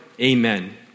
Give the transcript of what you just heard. Amen